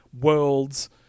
worlds